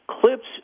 clips